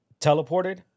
teleported